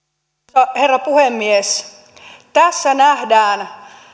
arvoisa herra puhemies tässä nähdään